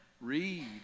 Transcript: Read